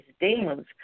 demons